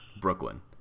Brooklyn